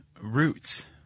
roots